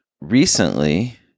Recently